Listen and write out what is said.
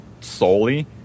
solely